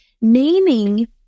naming